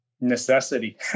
Necessity